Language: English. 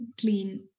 clean